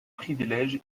privilèges